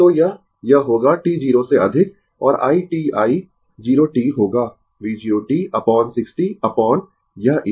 तो यह यह होगा t 0 से अधिक और i t i 0 t होगा V 0 t अपोन 60 अपोन यह एक